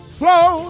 flow